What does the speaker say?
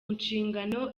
nshingano